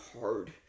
hard